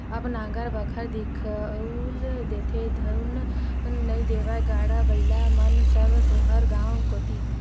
अब नांगर बखर दिखउल देथे धुन नइ देवय गाड़ा बइला मन सब तुँहर गाँव कोती